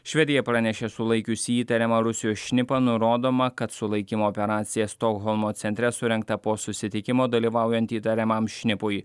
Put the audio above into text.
švedija pranešė sulaikiusi įtariamą rusijos šnipą nurodoma kad sulaikymo operacija stokholmo centre surengta po susitikimo dalyvaujant įtariamam šnipui